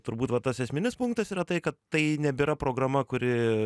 turbūt va tas esminis punktas yra tai kad tai nebėra programa kuri